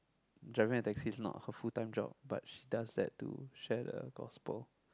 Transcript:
driving the taxi is not her full time job but she does that to share the gospel